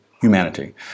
Humanity